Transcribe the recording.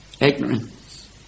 Ignorance